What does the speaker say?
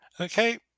Okay